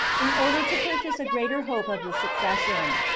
in order to purchase a greater hope of the succession,